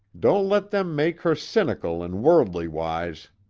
don't let them make her cynical and worldly-wise!